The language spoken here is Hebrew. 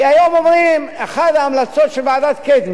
כי היום אומרים: אחת ההמלצות של ועדת-קדמי